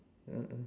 mm mm